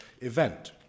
event